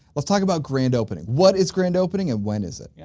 let's talk about grand opening. what is grand opening and when is it? yeah